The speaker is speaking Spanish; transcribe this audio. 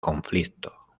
conflicto